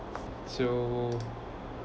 so